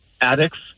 addicts